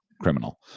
criminal